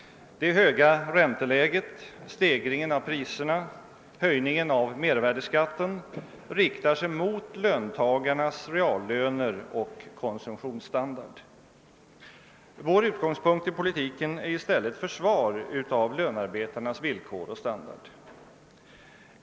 Det höga ränteläget, stegringen av priserna, höjningen av mervärdeskatten riktar sig mot löntagarnas reallöner och konsumtionsstandard. Vår utgångspunkt i politiken är i stället försvar av lönearbetarnas villkor och standard.